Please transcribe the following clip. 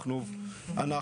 אנחנו